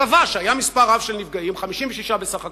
הוא קבע שהיה מספר רב של נפגעים, 56 בסך הכול,